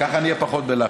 כך אני אהיה פחות בלחץ.